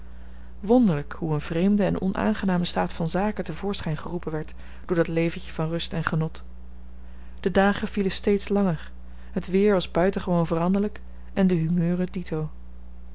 wonderlijk hoe n vreemde en onaangename staat van zaken te voorschijn geroepen werd door dat leventje van rust en genot de dagen vielen steeds langer het weer was buitengewoon veranderlijk en de humeuren dito